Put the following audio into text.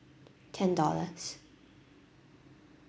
ten dollars